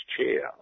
chair